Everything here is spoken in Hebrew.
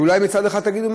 ואולי מצד אחד תגידו,